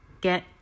get